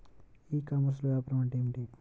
ఈ కామర్స్లో వ్యాపారం అంటే ఏమిటి?